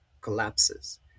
collapses